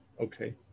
Okay